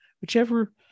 Whichever